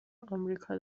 آمریکا